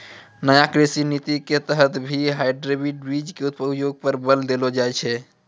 नया कृषि नीति के तहत भी हाइब्रिड बीज के उपयोग पर बल देलो जाय छै